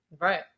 Right